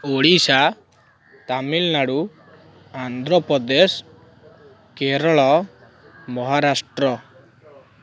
Odisha Tamil Nadu Andhra Pradesh Kerala Maharashtra